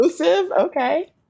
Okay